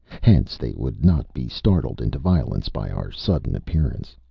hence they would not be startled into violence by our sudden appearance.